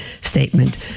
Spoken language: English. statement